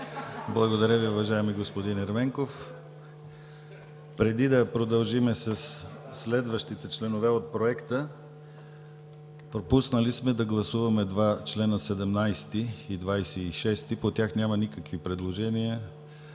Благодаря Ви, уважаеми господин Ерменков. Преди да продължим със следващите членове от Проекта, пропуснали сме да гласуваме два члена – 17 и 26. По тях няма никакви предложения.